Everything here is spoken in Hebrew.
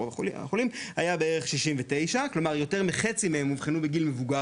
יש גם שלב של גידול חודרני שהוא מוגדר